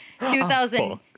2000